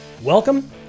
Welcome